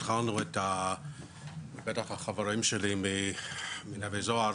התחלנו בטח החברים שלי מנווה זוהר,